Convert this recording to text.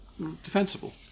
defensible